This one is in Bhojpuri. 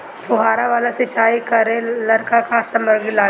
फ़ुहारा वाला सिचाई करे लर का का समाग्री लागे ला?